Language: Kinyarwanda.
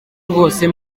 rwose